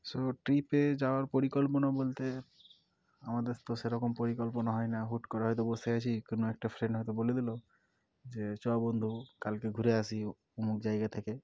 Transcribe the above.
so ট্রিপে যাওয়ার পরিকল্পনা বলতে আমাদের তো সেরকম পরিকল্পনা হয় না হুট করে হয়তো বসে আছি কোনো একটা ফ্রেন্ড হয়তো বলে দিল যে চ বন্ধু কালকে ঘুরে আসি অমুক জায়গা থেকে